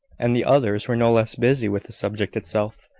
and the others were no less busy with the subject itself,